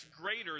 greater